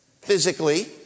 physically